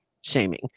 shaming